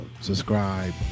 subscribe